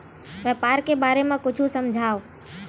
व्यापार के बारे म कुछु समझाव?